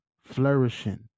flourishing